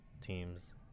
teams